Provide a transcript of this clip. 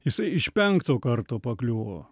jisai iš penkto karto pakliuvo